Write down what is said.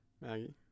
Maggie